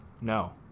No